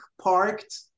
parked